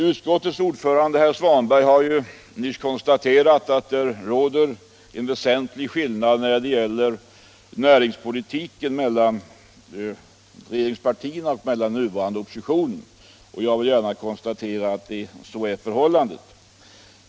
Utskottets ordförande, herr Svanberg, har nyss konstaterat att det när det gäller näringspolitik råder en stor skillnad mellan regeringspartierna och nuvarande opposition. Jag vill gärna hålla med om att så är förhållandet.